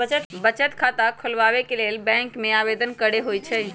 बचत खता खोलबाबे के लेल बैंक में आवेदन करेके होइ छइ